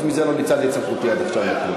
חוץ מזה לא ניצלתי את סמכותי עד עכשיו לכלום.